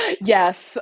yes